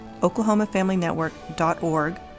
oklahomafamilynetwork.org